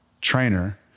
trainer